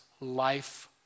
life